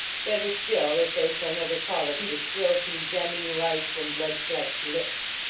better still if they shall never call it into shrill condemning life from blood-flecked lips.